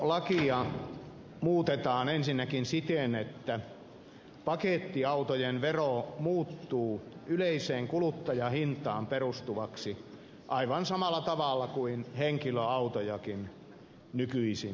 autoverolakia muutetaan ensinnäkin siten että pakettiautojen vero muuttuu yleiseen kuluttajahintaan perustuvaksi aivan samalla tavalla kuin henkilöautojakin nykyisin verotetaan